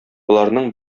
боларның